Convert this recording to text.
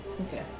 okay